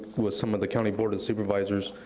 with some of the county board and supervisors.